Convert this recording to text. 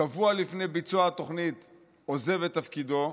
ושבוע לפני ביצוע התוכנית עוזב את תפקידו,